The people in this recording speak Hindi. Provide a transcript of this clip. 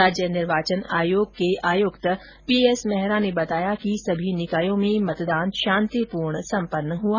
राज्य निर्वाचन आयोग के आयुक्त पीएस मेहरा ने बताया कि सभी निकायों में मतदान शांतिपूर्ण सम्पन्न हुआ